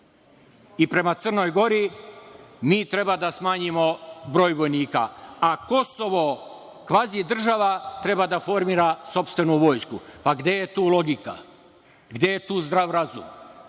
i prema Crnoj Gori, mi treba da smanjimo broj vojnika, a Kosovo, kvazi država, treba da formira sopstvenu vojsku. Gde je tu logika? Gde je tu zdrav razum?